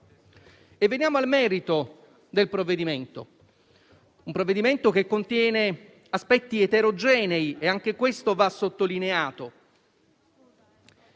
decreto-legge, un provvedimento che contiene aspetti eterogenei e anche questo va sottolineato.